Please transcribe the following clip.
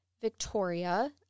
Victoria